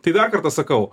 tai dar kartą sakau